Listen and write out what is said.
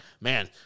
man